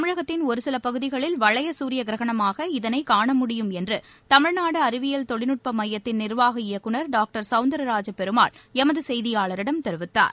தமிழகத்தின் ஒருசில பகுதிகளில் வளைய சூரிய கிரகணமாக இதனை காண முடியும் என்று தமிழ்நாடு அறிவியல் தொழில்நுட்ப மையத்தின் நி்வாக இயக்குந் டாக்டர் சௌந்தர ராஜ பெருமாள் எமது செய்தியாளரிடம் தெரிவித்தார்